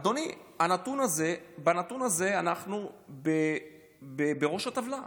אדוני, בנתון הזה אנחנו בראש הטבלה,